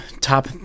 top